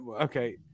okay